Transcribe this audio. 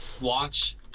watch